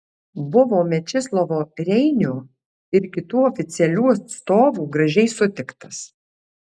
buvo mečislovo reinio ir kitų oficialių atstovų gražiai sutiktas